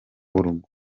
w’urugo